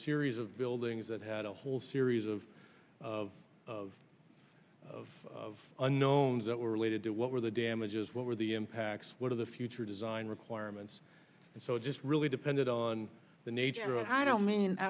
series of buildings that had a whole series of of of of unknowns that were related to what were the damages what were the impacts what are the future design requirements and so it's really depended on the nature and i don't mean i